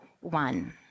one